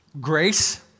Grace